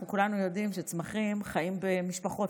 אנחנו כולנו יודעים שצמחים חיים במשפחות,